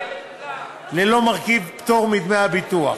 ללא מרכיב פטור מדמי הביטוח.